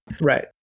right